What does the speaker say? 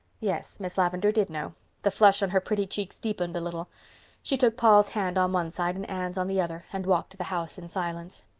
yes, miss lavendar did know the flush on her pretty cheeks deepened a little she took paul's hand on one side and anne's on the other and walked to the house in silence.